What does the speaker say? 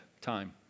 time